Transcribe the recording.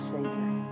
Savior